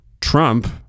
Trump